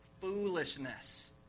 foolishness